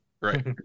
right